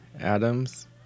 Adams